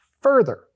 further